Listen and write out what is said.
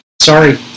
Sorry